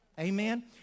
Amen